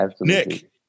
Nick